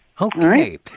Okay